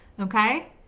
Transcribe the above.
okay